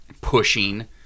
pushing